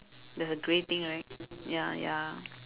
there's a grey thing right ya ya